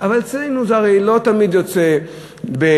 אבל אצלנו זה הרי לא תמיד יוצא בקיץ,